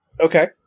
Okay